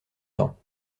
temps